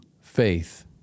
faith